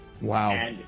Wow